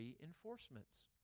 reinforcements